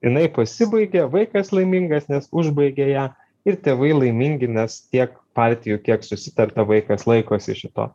jinai pasibaigia vaikas laimingas nes užbaigė ją ir tėvai laimingi nes tiek partijų kiek susitarta vaikas laikosi šito